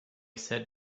said